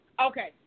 Okay